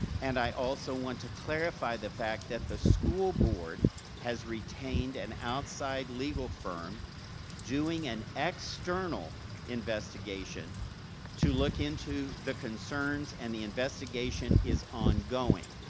and i also want to clarify the fact that the school board has retained an outside legal firm doing an external investigation to look into the concerns and the investigation is ongoing,